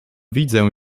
widzę